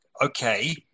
okay